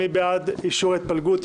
מי בעד אישור ההתפלגות?